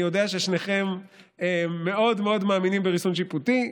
אני יודע ששניכם מאוד מאוד מאמינים בריסון שיפוטי,